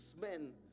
men